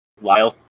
Lyle